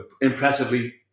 impressively